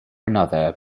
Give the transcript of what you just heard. another